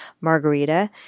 margarita